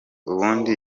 ubundi